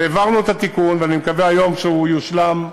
והעברנו את התיקון, ואני מקווה שהיום הוא יושלם,